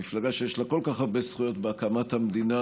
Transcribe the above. המפלגה שיש לה כל כך הרבה זכויות בהקמת המדינה,